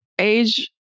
Age